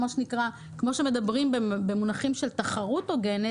כמו שמדברים במונחים של תחרות הוגנת